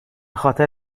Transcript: خاطر